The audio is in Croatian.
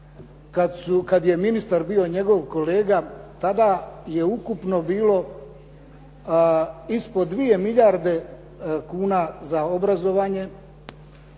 kada je ministar bio njegov kolega, tada je ukupno bilo ispod 2 milijarde kuna za obrazovanje,